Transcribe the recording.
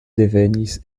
devenis